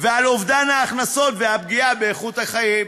על אובדן ההכנסות והפגיעה באיכות החיים.